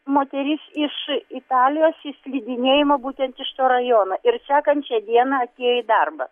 moteris iš italijos į slidinėjimą būtent iš to rajono ir sekančią dieną atėjo į darbą